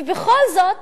ובכל זאת